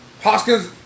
Hoskins